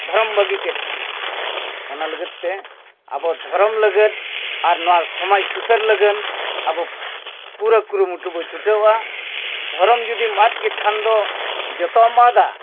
ᱫᱷᱚᱨᱚᱢ ᱵᱟᱹᱜᱤ ᱠᱮᱫ ᱠᱷᱟᱱ ᱚᱱᱟ ᱞᱟᱹᱜᱤᱫ ᱛᱮ ᱟᱵᱚ ᱫᱷᱚᱨᱚᱢ ᱞᱟᱹᱜᱤᱫ ᱟᱨ ᱱᱚᱣᱟ ᱥᱚᱢᱟᱡᱽ ᱥᱩᱥᱟᱹᱨ ᱞᱟᱹᱜᱤᱫ ᱟᱵᱚ ᱯᱩᱨᱟᱹ ᱠᱩᱨᱩᱢᱩᱴᱩ ᱵᱚ ᱪᱷᱩᱴᱟᱹᱣ ᱟ ᱫᱷᱚᱨᱚᱢ ᱡᱩᱫᱤᱢ ᱟᱫ ᱠᱮᱫ ᱠᱷᱟᱱ ᱫᱚ ᱡᱚᱛᱚᱢ ᱟᱫᱟ